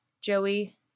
Joey